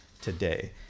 today